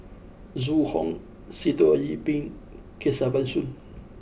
Zhu Hong Sitoh Yih Pin Kesavan Soon